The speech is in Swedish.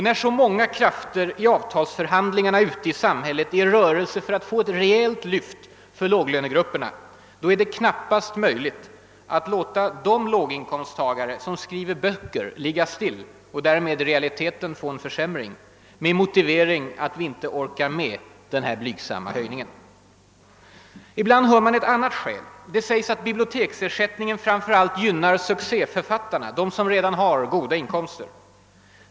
När så många krafter under avtalsförhandlingarna ute i samhället är i rörelse för att få ett rejält lyft för låglönegrupperna, är det knappast möjligt att låta de låginkomsttagare som skriver böcker ligga still, och därmed i realiteten få en försämring, med motiveringen att vi inte orkar med den här blygsamma höjningen. Ibland hör man ett annat skäl. Det sägs då att biblioteksersättningen framför allt gynnar succéförfattarna, de som redan har goda inkomster.